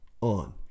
on